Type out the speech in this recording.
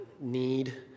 need